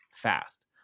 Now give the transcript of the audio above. fast